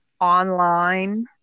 online